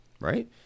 right